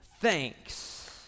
thanks